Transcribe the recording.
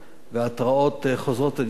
וההתרעות חוזרות ונשנות.